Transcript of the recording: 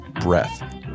breath